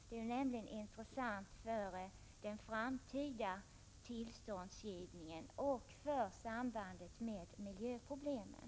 Det är intressant med tanke på den framtida tillståndsgivningen och sambandet med miljöproblemen.